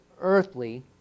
earthly